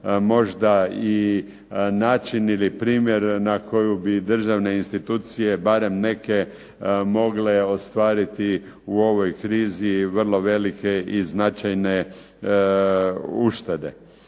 možda i način ili primjer na koju bi državne institucije, barem neke, mogle ostvariti u ovoj krizi vrlo velike i značajne uštede.